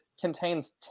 contains